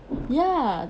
ya